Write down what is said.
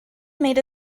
made